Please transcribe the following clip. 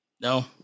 no